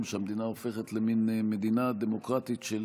שהמדינה עוד מעט הופכת למין מדינה דמוקרטית של